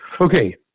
Okay